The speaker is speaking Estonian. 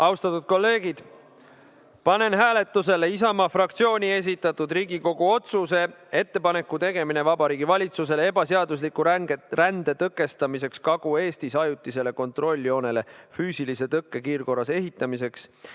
kolleegid, panen hääletusele Isamaa fraktsiooni esitatud Riigikogu otsuse "Ettepaneku tegemine Vabariigi Valitsusele ebaseadusliku rände tõkestamiseks Kagu-Eestis ajutisele kontrolljoonele füüsilise tõkke kiirkorras ehitamiseks"